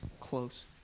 close